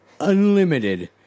Unlimited